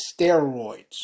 steroids